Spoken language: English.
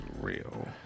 real